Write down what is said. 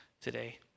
today